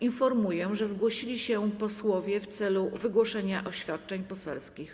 Informuję, że zgłosili się posłowie w celu wygłoszenia oświadczeń poselskich.